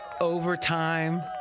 overtime